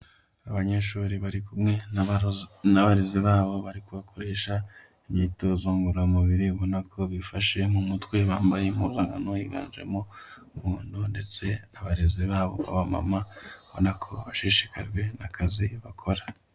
Abanyeshuri bari kumwe n'abarezi babo bari kubakoresha imyitozo ngororamubiri ubonako bifashe mu mutwe bambaye impuzankano yiganjemo umuhondo ndetse abarezi babo b'abamama ubonako bashishikajwe n'akazi bakora.